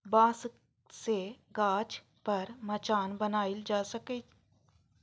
बांस सं गाछ पर मचान बनाएल जा सकैए